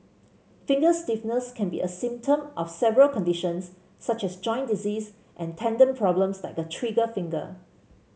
finger stiffness can be a symptom of several conditions such as joint disease and tendon problems like a trigger finger